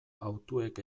hautuek